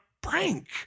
prank